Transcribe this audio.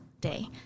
day